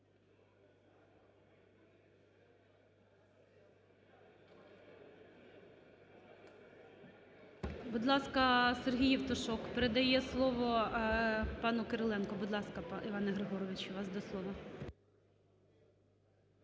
Будь ласка, Сергій Євтушок передає слово пану Кириленку. Будь ласка, Іване Григоровичу, вас до слова.